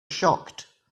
shocked